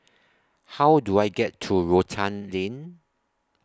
How Do I get to Rotan Lane